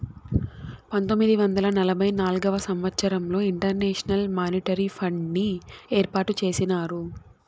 పంతొమ్మిది వందల నలభై నాల్గవ సంవచ్చరంలో ఇంటర్నేషనల్ మానిటరీ ఫండ్ని ఏర్పాటు చేసినారు